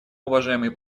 уважаемый